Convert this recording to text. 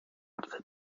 apfel